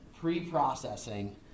Pre-processing